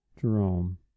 Jerome